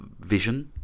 Vision